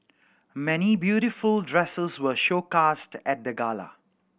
many beautiful dresses were showcased at the gala